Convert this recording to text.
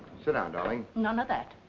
sit down, darling. none of that!